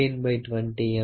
D 1920M